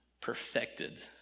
perfected